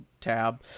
tab